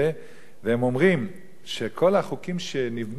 והם אומרים שכל החוקים שנבנו על התמ"א